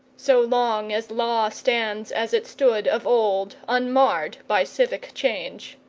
so long as law stands as it stood of old unmarred by civic change.